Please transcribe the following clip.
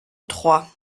trois